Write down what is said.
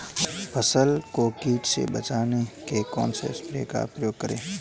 फसल को कीट से बचाव के कौनसे स्प्रे का प्रयोग करें?